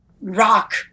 rock